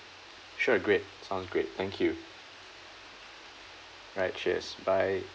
sure great sounds great thank you right cheers bye